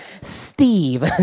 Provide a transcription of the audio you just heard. Steve